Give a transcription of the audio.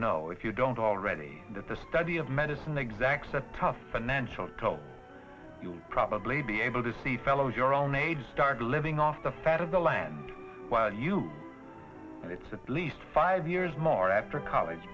know if you don't already that the study of medicine exact set tough financial toll you'll probably be able to see fellows your own age start living off the fat of the land while you and it's at least five years more after college